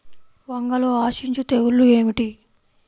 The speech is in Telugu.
వంగలో ఆశించు తెగులు ఏమిటి?